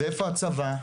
ואיפה הצבא?